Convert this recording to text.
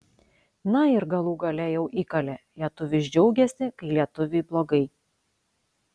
na ir galų gale jau įkalė lietuvis džiaugiasi kai lietuviui blogai